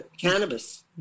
Cannabis